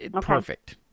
perfect